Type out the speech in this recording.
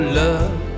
love